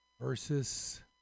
versus